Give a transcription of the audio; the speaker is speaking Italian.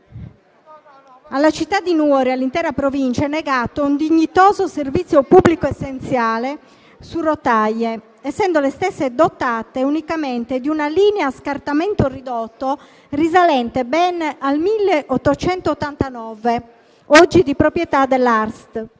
Alla città di Nuoro e all'intera Provincia è negato un dignitoso servizio pubblico essenziale su rotaia, essendo le stesse dotate unicamente di una linea a scartamento ridotto risalente ben al 1889, oggi di proprietà dell'Azienda